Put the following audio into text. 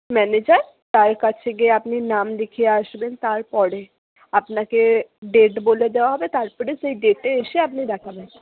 manager তার কাছে গিয়ে আপনি নাম লিখিয়ে আসবেন তারপরে আপনাকে ডেট বলে দেওয়া হবে তারপরে সেই ডেটে এসে আপনি দেখাবেন